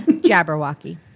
Jabberwocky